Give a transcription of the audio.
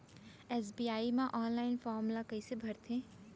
SBI म online form ल कइसे भरथे?